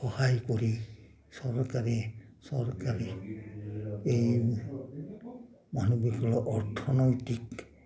সহায় কৰি চৰকাৰী চৰকাৰী এই মানুহবিলাকক অৰ্থনৈতিক